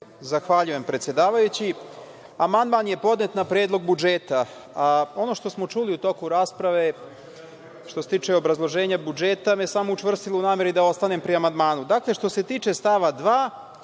Zahvaljujem, predsedavajući. Amandman je podnet na Predlog budžeta. Ono što smo čuli u toku rasprave što se tiče obrazloženja budžeta samo me je učvrstilo u nameri da ostanem pri amandmanu. Dakle, što se tiče stava 2,